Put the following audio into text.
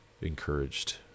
encouraged